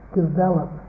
develop